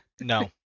No